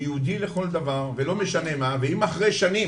הוא יהודי לכל דבר ולא משנה מה ואם אחרי שנים,